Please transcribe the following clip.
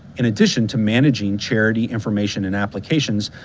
in addition to managing charity information and applications,